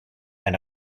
and